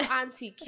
Auntie